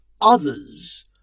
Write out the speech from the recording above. others